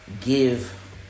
give